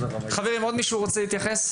חברים, עוד מישהו רוצה להתייחס?